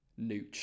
Nooch